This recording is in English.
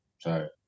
Sorry